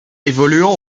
évoluant